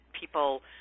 people